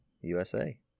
USA